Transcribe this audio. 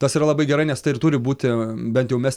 tas yra labai gerai nes tai ir turi būti bent jau mes